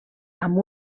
amb